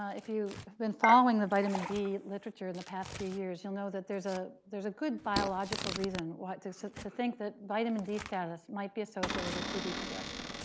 if you have been following the vitamin d literature in the past few years, you'll know that there's ah there's a good biological reason to so to think that vitamin d status might be associated with tb progression.